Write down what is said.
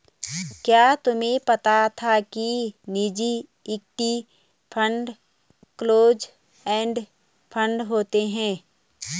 क्या तुम्हें पता था कि निजी equity fund close end fund होते हैं?